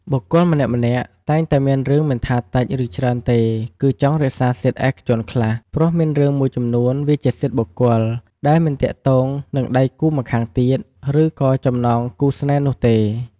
បុគ្គលម្នាក់ៗតែងតែមានរឿងមិនថាតិច ឬច្រើនទេគឺចង់រក្សាសិទ្ធឯកជនខ្លះ ព្រោះមានរឿងមួយចំនួនវាជាសិទ្ធបុគ្គលដែលមិនទាក់ទង និងដៃម្ខាងទៀត ឬក៏ចំណងគូរស្នេហ៍នោះទេ។